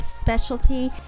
specialty